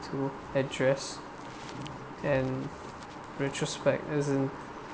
to address and retrospect as in